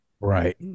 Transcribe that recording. Right